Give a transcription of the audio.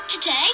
Today